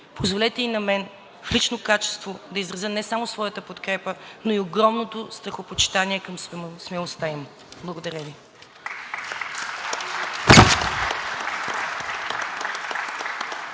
Позволете и на мен в лично качеството да изразя не само своята подкрепа, но и огромното си страхопочитание към смелостта им. Благодаря Ви.